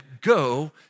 go